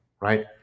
right